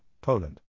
Poland